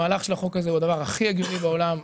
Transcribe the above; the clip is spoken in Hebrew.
המהלך של החוק הזה הוא הדבר הכי הגיוני בעולם.